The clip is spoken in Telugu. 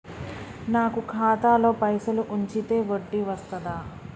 నాకు ఖాతాలో పైసలు ఉంచితే వడ్డీ వస్తదా?